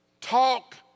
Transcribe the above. Talk